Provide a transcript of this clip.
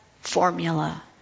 formula